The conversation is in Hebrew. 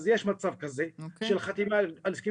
אז יש מצב כזה של חתימה על הסכמים